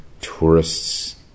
tourists